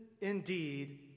indeed